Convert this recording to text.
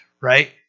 right